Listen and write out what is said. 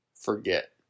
forget